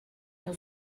meu